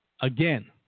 again